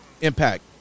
impact